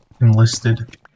Enlisted